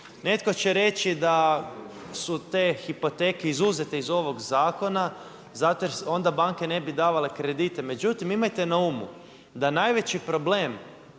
Netko će reći da su te hipoteke izuzete iz ovog zakona zato jer onda banke ne bi davale kredite. Međutim, imajte na umu da najveći problem